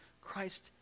christ